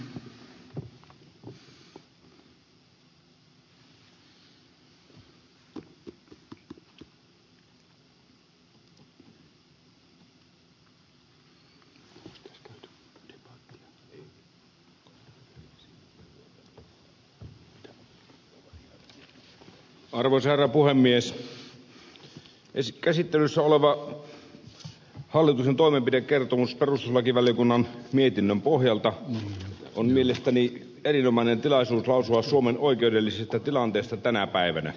käsittelyssä oleva hallituksen toimenpidekertomus perustuslakivaliokunnan mietinnön pohjalta on mielestäni erinomainen tilaisuus lausua suomen oikeudellisesta tilanteesta tänä päivänä